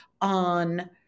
on